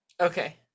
Okay